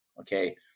Okay